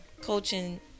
coaching